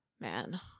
Man